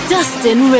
Dustin